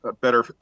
better